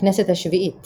הכנסת השביעית